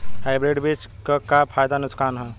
Hybrid बीज क का फायदा नुकसान ह?